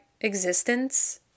existence